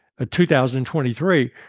2023